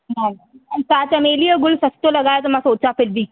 तव्हां चमेलीअ जो गुल सस्तो लॻायो त मां सोचा फिर बि